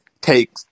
take